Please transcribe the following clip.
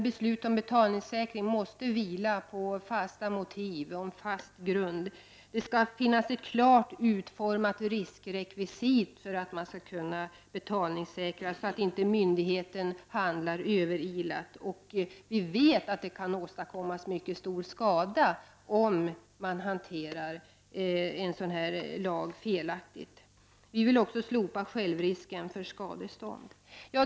Beslut om betalningssäkring måste vila på fast grund. Det skall finnas ett klart utformat riskrekvisit, så att inte myndigheten kan handla överilat och därmed åstadkomma stor skada. Vi vill också slopa självrisken för skadestånd.